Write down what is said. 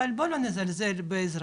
אבל בואו לא נזלזל באזרחים.